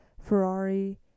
Ferrari